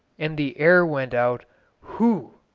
and the air went out hooo,